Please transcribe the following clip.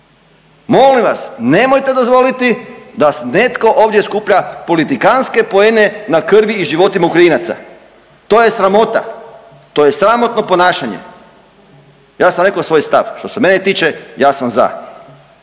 Molim vas nemojte dozvoliti da netko ovdje skuplja politikanske poene na krvi i životima Ukrajinaca. To je sramota, to je sramotno ponašanje. Ja sam rekao svoj stav. Što se mene tiče ja sam za,